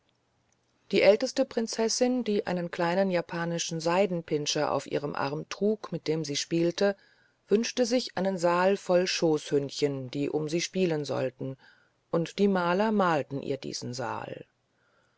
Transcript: die älteste prinzessin die einen kleinen japanischen seidenpinscher auf ihrem arm trug mit dem sie spielte wünschte sich einen saal voll schoßhündchen die um sie spielen sollten und die maler malten ihr diesen saal